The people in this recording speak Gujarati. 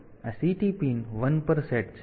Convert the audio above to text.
તેથી આ CT પિન 1 પર સેટ છે